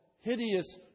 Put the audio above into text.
hideous